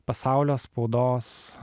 pasaulio spaudos